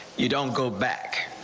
you don't go back.